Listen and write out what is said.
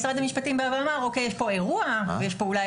משרד המשפטים אמר שיש כאן אירוע ויש כאן אולי